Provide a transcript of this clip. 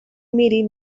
meeting